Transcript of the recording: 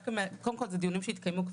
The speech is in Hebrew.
קודם כל, אלה דיונים שכבר התקיימו.